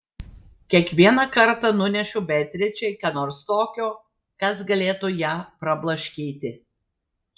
kiekvieną kartą nunešu beatričei ką nors tokio kas galėtų ją prablaškyti